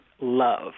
love